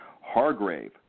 Hargrave